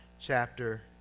chapter